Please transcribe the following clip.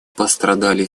пострадали